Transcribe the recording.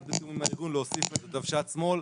בתיאום עם הארגון להוסיף את דוושת שמאל.